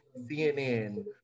CNN